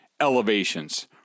elevations